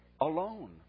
alone